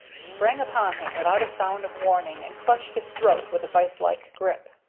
sprang upon him without a sound of warning and clutched his throat with a vise-like grip.